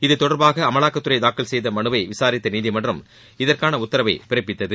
இதுதொடர்பாக அமலாக்கத்துறை தாக்கல் செய்துள்ள மனுவை விசாரித்த நீதிமன்றம் இதற்கான உத்தரவை பிறப்பித்தது